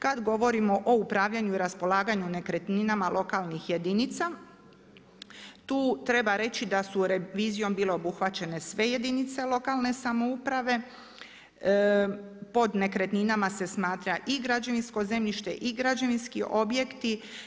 Kada govorimo o upravljanju i raspolaganju nekretninama lokalnih jedinica, tu treba reći da su revizijom bile obuhvaćene sve jedinice lokalne samouprave, pod nekretninama se smatra i građevinsko zemljište i građevinski objekti.